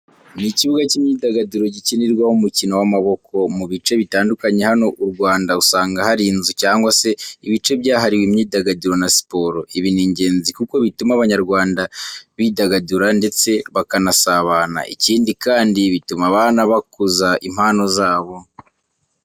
Ni ikibuga cy'imyidagaduro gikinirwaho umukino w'amaboko. Mu bice bitandukanye hano u Rwanda usanga hari inzu cyangwa se ibice byahariwe imyidagaduro na siporo. Ibi ni ingezi kuko bituma Abanyarwanda bidagadura ndetse bakanasabana. Ikindi kandi, bituma abana bakuza impano zabo.